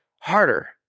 harder